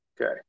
Okay